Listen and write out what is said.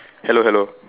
hello hello